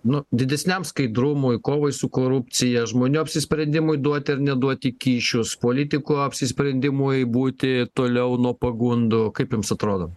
nu didesniam skaidrumui kovai su korupcija žmonių apsisprendimui duoti ar neduoti kyšius politiko apsisprendimui būti toliau nuo pagundų kaip jums atrodo